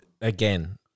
again